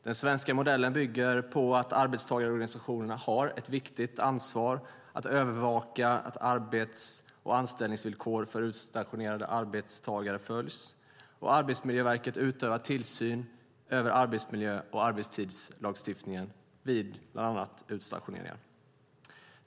Den svenska modellen bygger på att arbetstagarorganisationerna har ett viktigt ansvar att övervaka att arbets och anställningsvillkor för utstationerade arbetstagare följs. Arbetsmiljöverket utövar tillsyn över arbetsmiljö och arbetstidslagstiftningen vid bland annat utstationeringar.